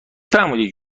فهمیدی